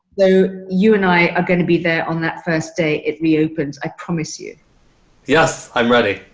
though you and i are gonna be there on that first day it reopens. i promise you yes, i'm ready.